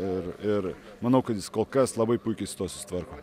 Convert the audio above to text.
ir ir manau kad jis kol kas labai puikiai su tuo susitvarko